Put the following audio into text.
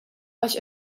għax